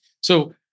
So-